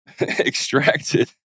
Extracted